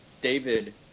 David